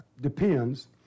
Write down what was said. depends